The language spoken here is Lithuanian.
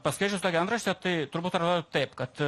paskaičius tokią antraštę tai turbūt atrodo taip kad